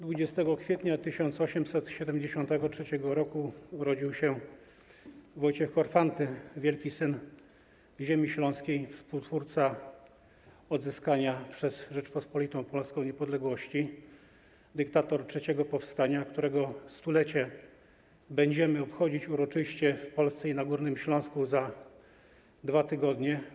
20 kwietnia 1873 r. urodził się Wojciech Korfanty, wielki syn ziemi śląskiej, współtwórca odzyskania przez Rzeczpospolitą Polską niepodległości, dyktator trzeciego powstania, którego stulecie będziemy obchodzić uroczyście w Polsce i na Górnym Śląsku za 2 tygodnie.